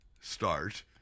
start